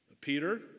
Peter